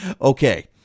Okay